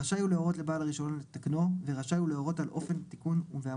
רשאי הוא להורות לבעל הרישיון לתקנו ורשאי הוא